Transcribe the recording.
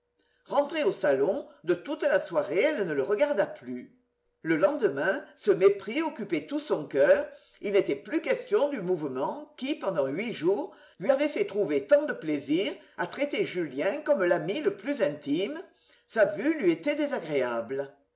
rentrée au salon de toute la soirée elle ne le regarda plus le lendemain ce mépris occupait tout son coeur il n'était plus question du mouvement qui pendant huit jours lui avait fait trouver tant de plaisir à traiter julien comme l'ami le plus intime sa vue lui était désagréable